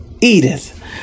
Edith